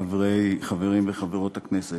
חברי וחברות הכנסת,